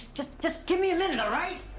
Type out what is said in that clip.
just, just, give me a minute, all right.